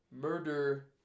murder